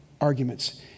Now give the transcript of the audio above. arguments